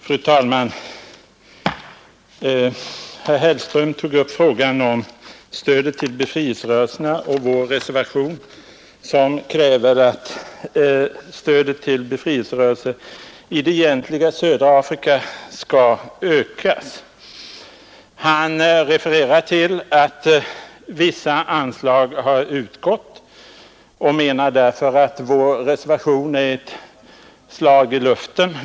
Fru talman! Herr Hellström tog upp frågan om stödet till befrielserörelserna och berörde vår reservation, där vi kräver att stödet till befrielserörelser i det egentliga södra Afrika skall ökas. Han refererar till att vissa anslag har utgått och menar därför att vår reservation är ett slag i luften.